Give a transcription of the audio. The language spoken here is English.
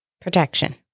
Protection